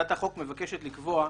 הצעת החוק מבקשת לקבוע,